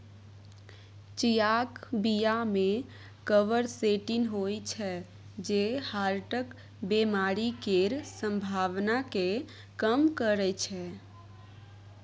चियाक बीया मे क्वरसेटीन होइ छै जे हार्टक बेमारी केर संभाबना केँ कम करय छै